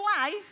life